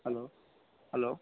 hello hello